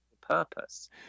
purpose